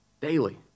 daily